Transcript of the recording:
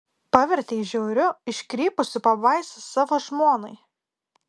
pavertei žiauriu iškrypusiu pabaisa savo žmonai